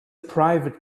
private